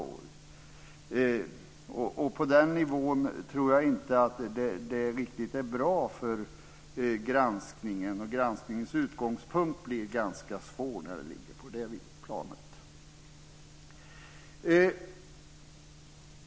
Att ha det på den nivån tror jag inte är bra för granskningen. Granskningens utgångspunkt blir ganska svår om det ligger på det planet.